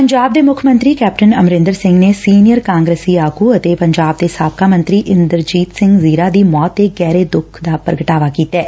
ਪੰਜਾਬ ਦੇ ਮੁੱਖ ਮੰਤਰੀ ਕੈਪਟਨ ਅਮਰੰਦਰ ਸਿੰਘ ਨੇ ਸੀਨੀਅਰ ਕਾਂਗਰਸੀ ਆਗੁ ਅਤੇ ਪੰਜਾਬ ਦੇ ਸਾਬਕਾ ਮੰਤਰੀ ਇੰਦਰਜੀਤ ਸਿੰਘ ਜ਼ੀਰਾ ਦੀ ਮੌਤੇ ਤੇ ਗਹਿਰਾ ਦੁੱਖ ਪ੍ਰਗਟ ਕੀਤੈ